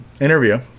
interview